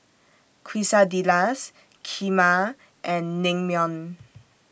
Quesadillas Kheema and Naengmyeon